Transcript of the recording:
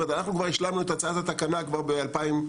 אנחנו השלמנו את הצעת התקנה כבר ב-2015,